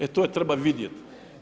E, to treba vidjeti.